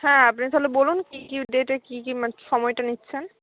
হ্যাঁ আপনি তাহলে বলুন কি কি ডেটে কি কি মানে সময়টা নিচ্ছেন